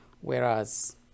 Whereas